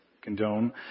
condone